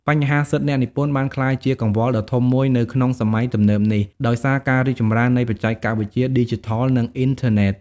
បញ្ហាសិទ្ធិអ្នកនិពន្ធបានក្លាយជាកង្វល់ដ៏ធំមួយនៅក្នុងសម័យទំនើបនេះ ដោយសារការរីកចម្រើននៃបច្ចេកវិទ្យាឌីជីថល និងអ៊ីនធឺណេត។